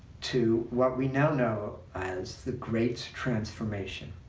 to what we now know as the great transformation.